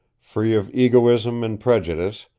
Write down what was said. free of egoism and prejudice,